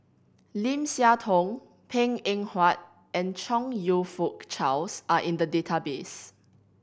Lim Siah Tong Png Eng Huat and Chong You Fook Charles are in the database